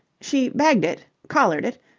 she bagged it. collared it.